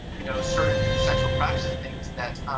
you know certain sexual practice and things that